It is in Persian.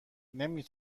نمی